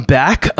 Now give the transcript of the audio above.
back